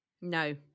No